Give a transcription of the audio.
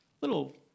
Little